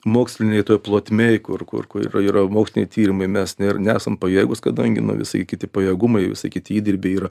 mokslinėj toj plotmėj kur kur yra yra moksliniai tyrimai mes ne nesam pajėgūs kadangi na visai kiti pajėgumai visai kiti įdirbiai yra